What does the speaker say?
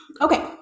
Okay